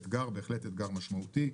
בהחלט אתגר משמעותי.